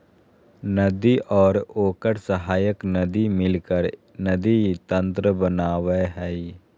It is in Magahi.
नदी और ओकर सहायक नदी मिलकर नदी तंत्र बनावय हइ